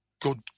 good